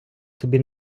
тобі